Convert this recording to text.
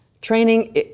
training